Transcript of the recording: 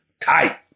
Tight